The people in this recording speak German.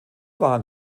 waren